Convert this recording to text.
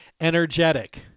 energetic